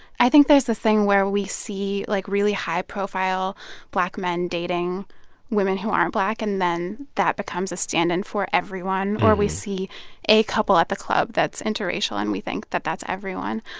i think there's this thing where we see, like, really high-profile black men dating women who aren't black, and then that becomes a stand-in for everyone. or we see a couple at the club that's interracial, and we think that that's everyone.